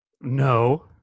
No